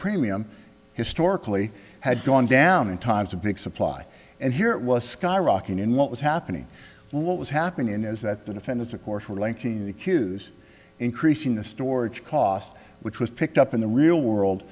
premium history or cle had gone down in times of big supply and here it was skyrocketing and what was happening and what was happening in is that the defendants of course were linking the queues increasing the storage cost which was picked up in the real world